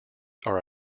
are